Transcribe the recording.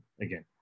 again